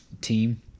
team